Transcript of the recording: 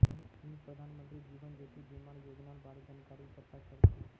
मी प्रधानमंत्री जीवन ज्योति बीमार योजनार बारे जानकारी इकट्ठा कर छी